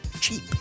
cheap